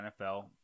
NFL